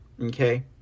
okay